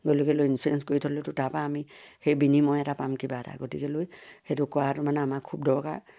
গতিকেলৈ ইঞ্চুৰেঞ্চ কৰি থ'লেতো তাৰপৰা আমি সেই বিনিময় এটা পাম কিবা এটা গতিকেলৈ সেইটো কৰাটো মানে আমাৰ খুব দৰকাৰ